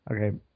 okay